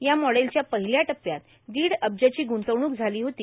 या मॉडेलच्या पहिल्या टप्प्यात दीड अब्जची ग्रुंतवणूक झाली होती